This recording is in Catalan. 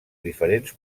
diferents